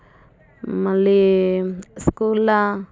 మళ్ళీ స్కూల్లా